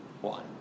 one